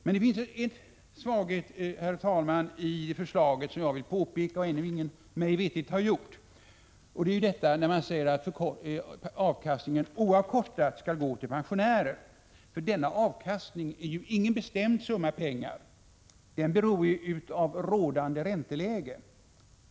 Jag vill, herr talman, peka på en svaghet i förslaget som mig veterligt ännu ingen har uppmärksammat. Det gäller uttalandet att avkastningen oavkortat skall gå till pensionärer. Denna avkastning motsvarar nämligen inte någon bestämd summa pengar, utan den beror av rådande ränteläge.